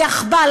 על יאחב"ל,